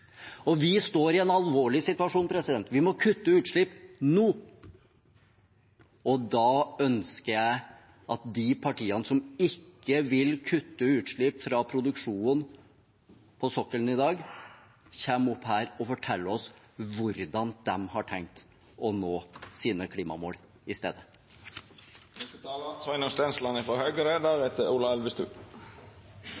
Og vi står i en alvorlig situasjon: Vi må kutte utslipp nå! Og da ønsker jeg at de partiene som ikke vil kutte utslipp fra produksjonen på sokkelen i dag, kommer opp her og forteller oss hvordan de har tenkt å nå sine klimamål i stedet.